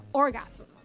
orgasm